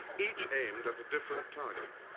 each aimed at a different target.